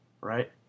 Right